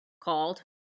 called